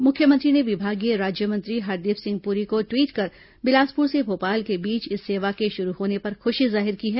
मुख्यमंत्री ने विभागीय राज्यमंत्री हरदीप सिंह पुरी को ट्वीट कर बिलासपुर से भोपाल के बीच इस सेवा के शुरू होने पर खुशी जाहिर की है